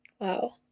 Wow